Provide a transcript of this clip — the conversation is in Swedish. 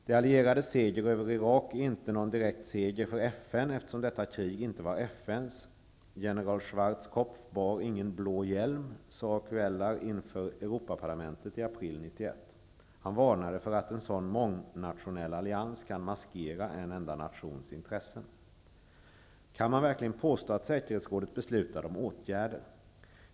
De allierades seger över Irak är inte någon direkt seger för FN, eftersom detta krig inte var FN:s; general Schwarzkopf bar ingen blå hjälm, sade de Cuellar inför Europaparlamentet i april 1991. Han varnade för att en sådan mångnationell allians kan maskera en enda nations intressen. Kan man verkligen påstå att säkerhetsrådet beslutade om åtgärder?